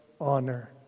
honor